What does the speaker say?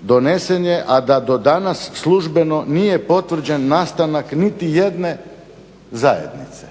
donesen je, a da do danas službeno nije potvrđen nastanak niti jedne zajednice.